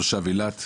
תושב אילת,